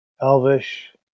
Elvish